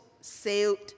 sailed